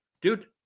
dude